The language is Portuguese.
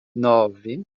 nove